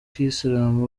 kiyisilamu